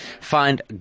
find